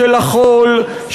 של החול,